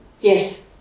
Yes